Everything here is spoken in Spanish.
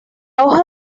hoja